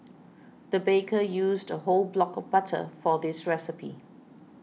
the baker used a whole block of butter for this recipe